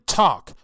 talk